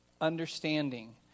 understanding